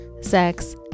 sex